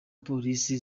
polisi